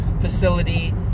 facility